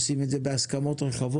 עושים את זה בהסכמות רחבות.